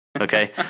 Okay